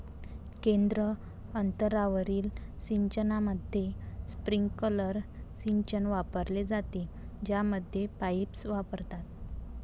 केंद्र अंतरावरील सिंचनामध्ये, स्प्रिंकलर सिंचन वापरले जाते, ज्यामध्ये पाईप्स वापरतात